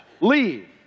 Leave